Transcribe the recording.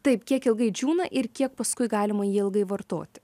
taip kiek ilgai džiūna ir kiek paskui galima jį ilgai vartoti